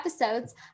episodes